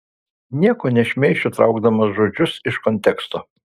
nieko nešmeišiu traukdamas žodžius iš konteksto